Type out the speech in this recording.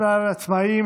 דמי אבטלה לעצמאים),